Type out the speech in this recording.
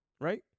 right